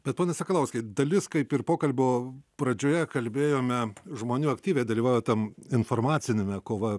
bet ponas sakalauskai dalis kaip ir pokalbio pradžioje kalbėjome žmonių aktyviai dalyvauja tam informaciniame kova